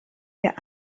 der